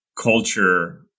culture